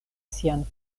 sian